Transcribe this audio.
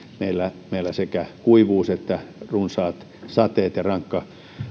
meillä meillä sekä kuivuus että runsaat sateet ja rankat